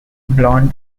blonde